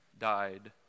died